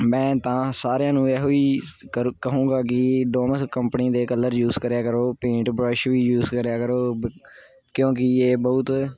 ਮੈਂ ਤਾਂ ਸਾਰਿਆਂ ਨੂੰ ਇਹੋ ਹੀ ਕਰੂ ਕਹੂੰਗਾ ਕਿ ਡੋਮੇਸ ਕੰਪਨੀ ਦੇ ਕਲਰ ਯੂਸ ਕਰਿਆ ਕਰੋ ਪੇਂਟ ਬਰਸ਼ ਵੀ ਯੂਸ ਕਰਿਆ ਕਰੋ ਬ ਕਿਉਂਕਿ ਇਹ ਬਹੁਤ